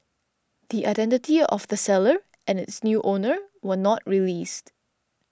the identity of the seller and its new owner were not released